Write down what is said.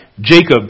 Jacob